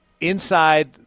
inside